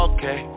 Okay